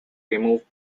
remove